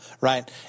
right